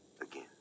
again